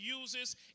uses